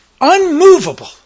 unmovable